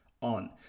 on